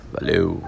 Valeu